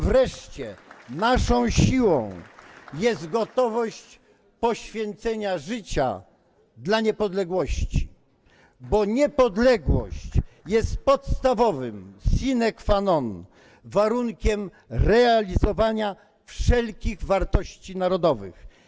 Wreszcie naszą siłą jest gotowość poświęcenia życia dla niepodległości, bo niepodległość jest warunkiem podstawowym, sine qua non realizowania wszelkich wartości narodowych.